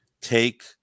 take